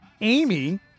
Amy